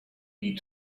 need